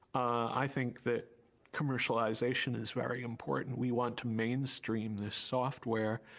i think that commercialization is very important. we want to mainstream this software,